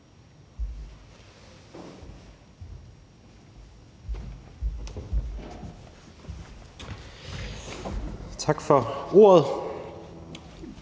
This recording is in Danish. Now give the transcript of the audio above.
Tak for ordet.